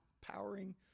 powering